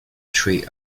tree